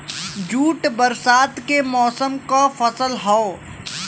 jute बरसात के मौसम क फसल हौ